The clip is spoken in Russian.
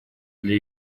для